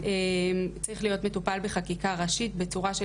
צריך להיות מטופל בחקיקה ראשית בצורה של